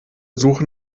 suche